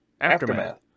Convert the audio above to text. aftermath